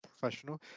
professional